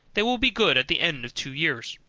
they will be good at the end of two years.